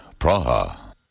Praha